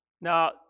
Now